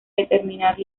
determinar